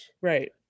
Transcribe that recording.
Right